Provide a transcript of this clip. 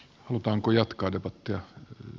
halutaanko jatkaa debattia